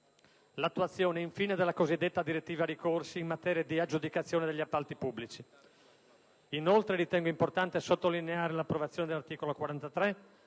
l'attuazione, infine, della cosiddetta direttiva ricorsi in materia di aggiudicazione degli appalti pubblici. Inoltre, ritengo importante sottolineare l'introduzione dell'articolo 43,